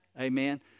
Amen